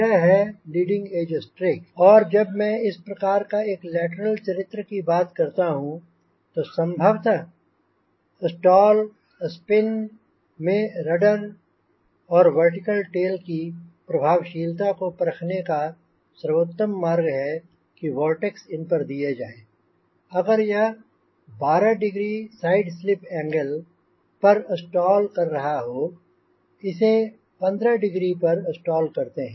यह है leading edge strake और जब मैं इस प्रकार का लेटरल चरित्रों की बात करता हूंँ संभवत स्टॉल स्पिन में रडर और वर्टिकल टेल की प्रभावशीलता को परखने का सर्वोत्तम मार्ग है कि वोर्टेक्स इन पर दिए जाएँ अगर यह 12 डिग्री साइड स्लिप एंगल पर स्टॉल कर रहा हो इसे 15 डिग्री पर स्टाल करते हैं